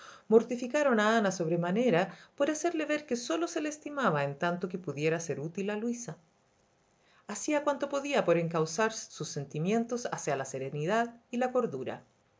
mortificaron a ana sobremanera por hacerle ver que sólo se la estimaba en tanto que pudiera ser útil a luisa hacía cuanto podía por encauzar sus sentimientos hacia la serenidad y la cordura